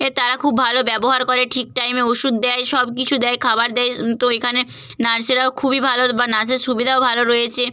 এ তারা খুব ভালো ব্যবহার করে ঠিক টাইমে ওষুধ দেয় সব কিছু দেয় খাবার দেয় তো এখানে নার্সেরাও খুবই ভালো বা নার্সের সুবিধাও ভালো রয়েছে